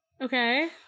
Okay